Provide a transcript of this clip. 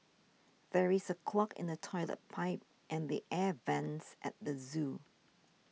there is a clog in the Toilet Pipe and the Air Vents at the zoo